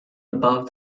above